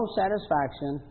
satisfaction